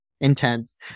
intense